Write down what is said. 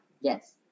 Yes